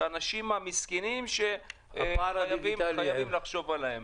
האנשים המסכנים שחייבים לחשוב עליהם.